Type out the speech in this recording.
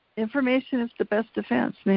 information is the best defense, i mean,